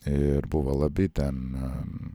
ir buvo labai ten